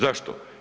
Zašto?